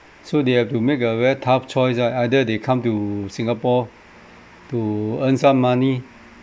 so they have to make a very tough choice ah either they come to singapore to earn some money